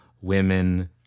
women